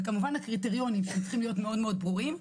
וכמובן הקריטריונים שהם צריכים להיות מאוד ברורים.